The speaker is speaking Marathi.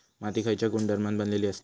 माती खयच्या गुणधर्मान बनलेली असता?